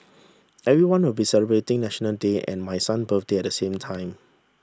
everyone will be celebrating National Day and my son birthday at the same time